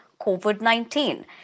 COVID-19